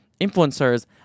influencers